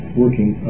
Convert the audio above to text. working